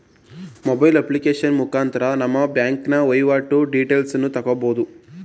mobile application ಮುಖಾಂತರ ನಮ್ಮ ಬ್ಯಾಂಕಿನ ವೈವಾಟು ಡೀಟೇಲ್ಸನ್ನು ತಕ್ಕಬೋದು